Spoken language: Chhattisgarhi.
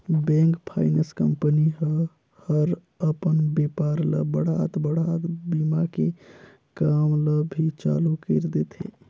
बेंक, फाइनेंस कंपनी ह हर अपन बेपार ल बढ़ात बढ़ात बीमा के काम ल भी चालू कइर देथे